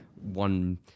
one